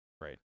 Right